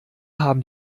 haben